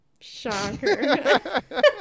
shocker